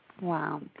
Wow